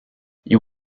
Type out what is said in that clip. you